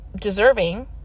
deserving